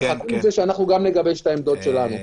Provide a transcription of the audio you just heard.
שגם נגבש את העמדות שלנו.